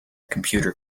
computer